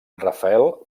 rafael